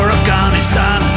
Afghanistan